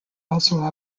also